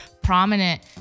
prominent